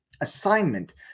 assignment